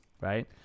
right